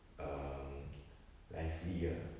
um lively ah